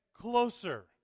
closer